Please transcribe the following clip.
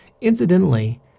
Incidentally